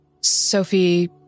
Sophie